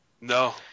No